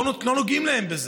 לא נוגעים להם בזה.